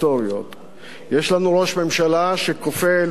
יש לנו ראש ממשלה שקופא מול הזדמנות,